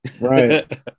Right